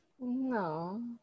No